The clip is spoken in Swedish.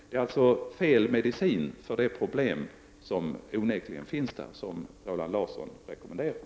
Det är alltså fel medicin som Roland Larsson rekommenderar för det problem som onekligen finns.